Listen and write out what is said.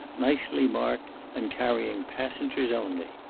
nicely marked and carrying passengers only.